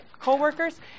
co-workers